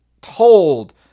told